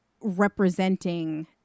representing